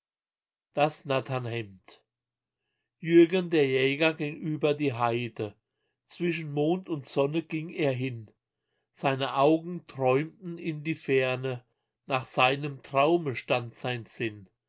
das natternhemd jürgen der jäger ging über die heide zwischen mond und sonne ging er hin seine augen träumten in die ferne nach seinem traume stand sein sinn